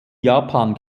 japan